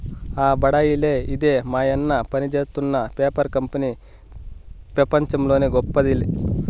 ఆ బడాయిలే ఇదే మాయన్న పనిజేత్తున్న పేపర్ కంపెనీ పెపంచంలోనే గొప్పది